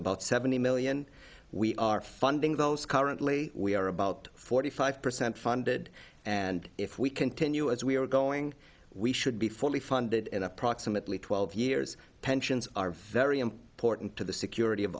about seventy million we are funding those currently we are about forty five percent funded and if we continue as we are going we should be fully funded in approximately twelve years pensions are very important to the security of